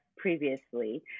Previously